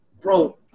bro